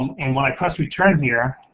um and when i press return here,